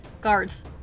guards